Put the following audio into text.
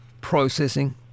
processing